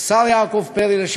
השר לשעבר יעקב פרי,